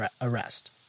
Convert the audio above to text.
arrest